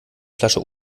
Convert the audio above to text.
flasche